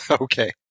Okay